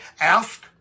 Ask